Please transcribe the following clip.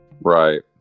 Right